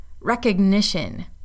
Recognition